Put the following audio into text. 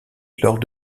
lors